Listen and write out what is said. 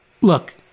Look